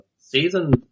Season